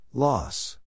Loss